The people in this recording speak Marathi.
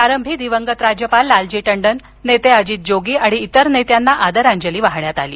प्रारंभी दिवंगत राज्यपाल लालजी टंडन नेते अजित जोगी आणि इतर नेत्यांना आदरांजली वाहण्यात आली